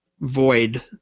void